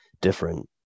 different